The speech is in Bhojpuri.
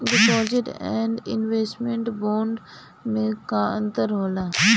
डिपॉजिट एण्ड इन्वेस्टमेंट बोंड मे का अंतर होला?